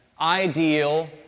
ideal